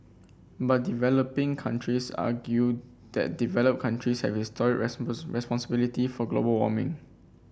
but developing countries argue that developed countries have historic responsibility for global warming